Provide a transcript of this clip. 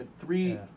three